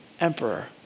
emperor